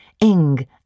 ing